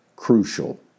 crucial